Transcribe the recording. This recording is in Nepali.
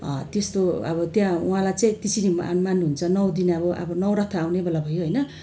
त्यस्तो अब त्यो उहाँलाई चाहिँ त्यसरी मान्नुहुन्छ नौ दिनै अब नौरथा आउने बेला भयो होइन